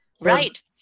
Right